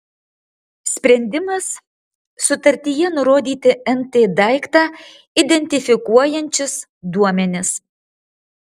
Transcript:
sprendimas sutartyje nurodyti nt daiktą identifikuojančius duomenis